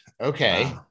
Okay